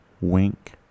wink